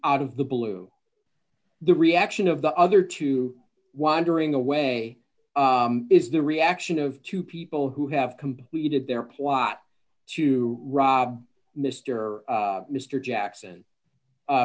ut of the blue the reaction of the other two wandering away is the reaction of two people who have completed their plot to rob mr mr jackson